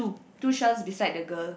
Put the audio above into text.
two shells beside the girl